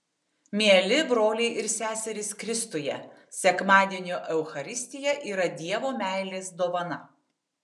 mieli broliai ir seserys kristuje sekmadienio eucharistija yra dievo meilės dovana